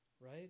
Right